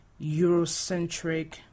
Eurocentric